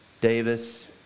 Davis